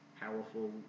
powerful